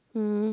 um